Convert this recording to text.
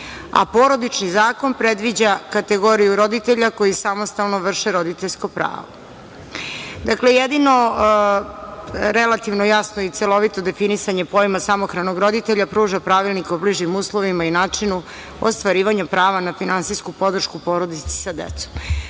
a Porodični zakon predviđa kategoriju roditelja koji samostalno vrše roditeljsko pravo. Dakle, jedino relativno jasno i celovito definisanje pojma samohranog roditelja pruža Pravilnik o bližim uslovima i načinu ostvarivanju prava na finansijsku podršku porodici sa decom.U